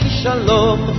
shalom